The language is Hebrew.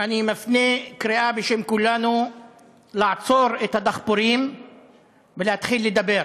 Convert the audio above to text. אני מפנה קריאה בשם כולנו לעצור את הדחפורים ולהתחיל לדבר.